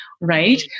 Right